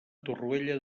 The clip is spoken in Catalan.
torroella